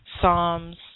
psalms